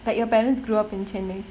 like your parents grew up in chennai